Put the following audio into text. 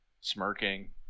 smirking